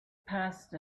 passed